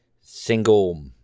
single